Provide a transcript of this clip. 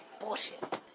bullshit